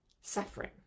suffering